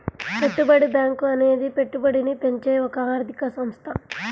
పెట్టుబడి బ్యాంకు అనేది పెట్టుబడిని పెంచే ఒక ఆర్థిక సంస్థ